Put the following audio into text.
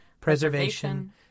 preservation